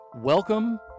Welcome